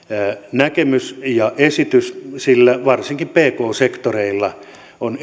näkemys ja esitys sillä varsinkin pk sektorilla on